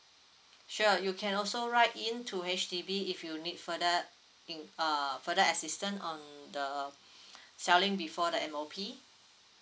sure you can also write in to H_D_B if you need further in~ uh further assistant on the selling before the M_O_P